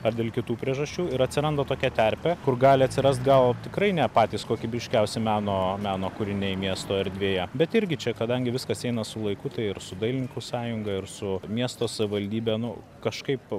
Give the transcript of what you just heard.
ar dėl kitų priežasčių ir atsiranda tokia terpė kur gali atsirast gal tikrai ne patys kokybiškiausi meno meno kūriniai miesto erdvėje bet irgi čia kadangi viskas eina su laiku tai ir su dailininkų sąjunga ir su miesto savivaldybe nu kažkaip